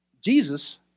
Jesus